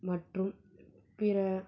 மற்றும் பிற